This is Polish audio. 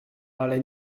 ale